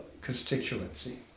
constituency